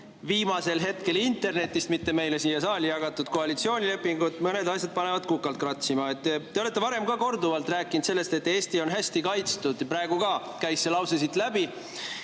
viimasel hetkel internetist meile siia saali mittejagatud koalitsioonilepingut ja mõned asjad panevad kukalt kratsima. Te olete ka varem korduvalt rääkinud sellest, et Eesti on hästi kaitstud, ja ka praegu käis see lause siit läbi.